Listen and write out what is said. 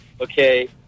okay